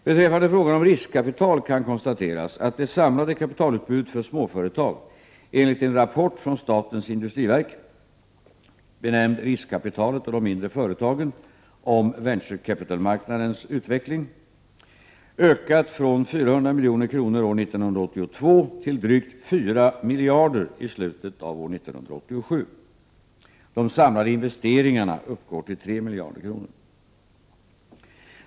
Beträffande frågan om riskkapital kan konstateras att det samlade kapitalutbudet för småföretag enligt en rapport från statens industriverk ökat från 400 milj.kr. år 1982 till drygt 4 miljarder kronor i slutet av 1987. De samlade investeringarna uppgår till 3 miljarder kronor.